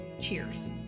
Cheers